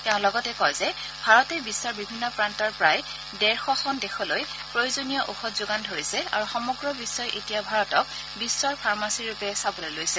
তেওঁ লগতে কয় যে ভাৰতে বিশ্বৰ বিভিন্ন প্ৰান্তৰ প্ৰায় ডেৰশখন দেশলৈ প্ৰয়োজনীয় ঔষধ যোগান ধৰিছে আৰু সমগ্ৰ বিশ্বই এতিয়া ভাৰতক বিশ্বৰ ফাৰ্মচীৰূপে চাবলৈ লৈছে